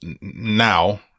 now